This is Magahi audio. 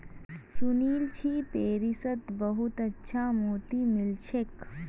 सुनील छि पेरिसत बहुत अच्छा मोति मिल छेक